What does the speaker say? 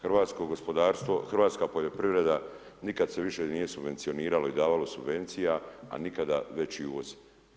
Hrvatsko gospodarstvo, hrvatska poljoprivreda, nikada se više nije subvencioniralo i davalo subvencija, a nikada veži uvoz.